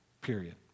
period